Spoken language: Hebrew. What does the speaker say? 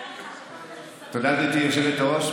תודה, גברתי היושבת-ראש.